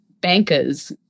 bankers